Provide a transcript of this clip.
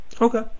Okay